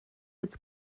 its